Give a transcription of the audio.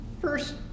first